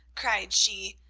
cried she,